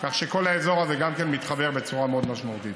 כך שכל האזור הזה גם מתחבר בצורה מאוד משמעותית.